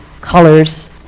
colors